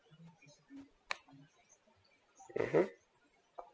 mmhmm